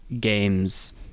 games